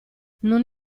non